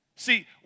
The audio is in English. See